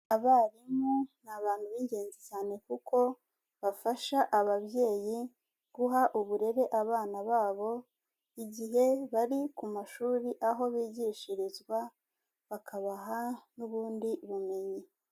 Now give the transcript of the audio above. Abarimu ni abantu b'ingenzi cyane kuko bafasha ababyeyi guha uburere abana babo igihe bari ku mashuri aho bigishirizwa, bakabaha n'ubundi bumenyi.